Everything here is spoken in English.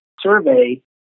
survey